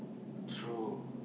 true